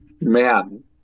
Man